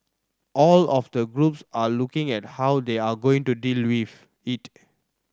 all of the groups are looking at how they are going to deal with it